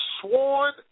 sworn